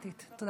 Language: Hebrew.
46, והפעם, על